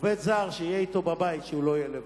עובד זר שיהיה אתו בבית, שהוא לא יהיה לבד.